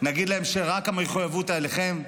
נגיד להם שהמחויבות היא רק עליכם?